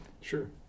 Sure